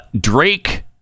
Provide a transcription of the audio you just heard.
Drake